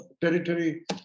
territory